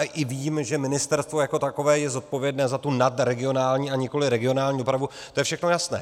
I víme, že ministerstvo jako takové je zodpovědné za tu nadregionální, nikoli regionální dopravu, to je všechno jasné.